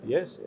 Yes